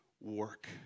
work